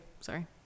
sorry